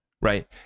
Right